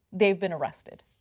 they've been arrested.